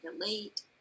relate